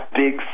big